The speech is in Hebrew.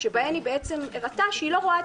שבהן היא בעצם הראתה שהיא לא רואה את